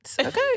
Okay